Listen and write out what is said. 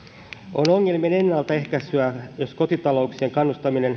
on ongelmien ennaltaehkäisyä jos kotitalouksia kannustetaan